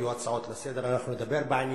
יהיו הצעות לסדר-היום, אנחנו נדבר בעניין,